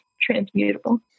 transmutable